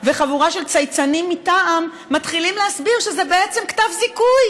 וחבורה של צייצנים מטעם מתחילים להסביר שזה בעצם כתב זיכוי